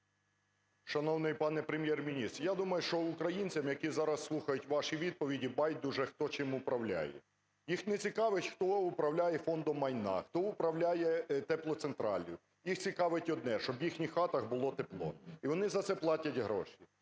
Шановний пане Прем’єр-міністр, я думаю, що українцям, які зараз слухають ваші відповіді, байдуже, хто чим управляє. Їх не цікавить, хто управляє Фондом майна, хто управляє теплоцентраллю. Їх цікавить одне, щоб в їхніх хатах було тепло і вони за це платять гроші.